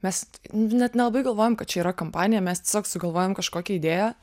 mes net nelabai galvojom kad čia yra kampanija mes tiesiog sugalvojom kažkokią idėją